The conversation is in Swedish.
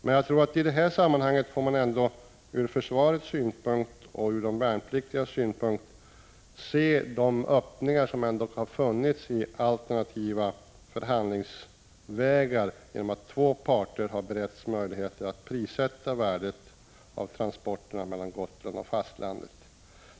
Men jag tror att man från försvarets och de värnpliktigas sida får se på de öppningar som ändå har funnits i form av alternativa förhandlingsvägar, där ; två parter har beretts möjligheter att prissätta värdet av transporterna mellan Gotland och fastlandet.